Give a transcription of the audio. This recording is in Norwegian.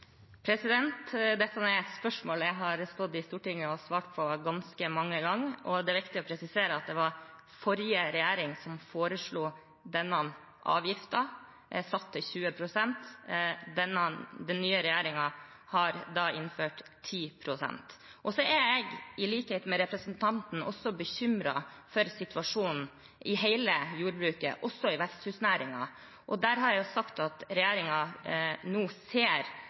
Dette er et spørsmål jeg har stått i Stortinget og svart på ganske mange ganger. Det er viktig å presisere at det var forrige regjering som foreslo denne avgiften, satt til 20 pst. Den nye regjeringen har innført 10 pst. Så er jeg, i likhet med representanten, bekymret for situasjonen i hele jordbruket, også i veksthusnæringen, og jeg har sagt at regjeringen nå ser